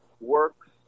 works